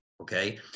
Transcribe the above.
okay